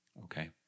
Okay